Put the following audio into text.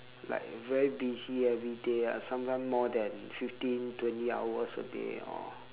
like very busy everyday ah sometimes more than fifteen twenty hours a day or